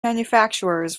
manufacturers